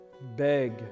Beg